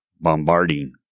bombarding